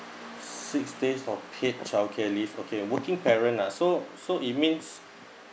six day of paid childcare leave okay okay working parent ah so so it means